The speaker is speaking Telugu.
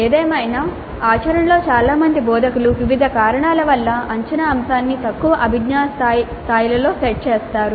ఏదేమైనా ఆచరణలో చాలా మంది బోధకులు వివిధ కారణాల వల్ల అంచనా అంశాన్ని తక్కువ అభిజ్ఞా స్థాయిలలో సెట్ చేస్తారు